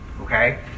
Okay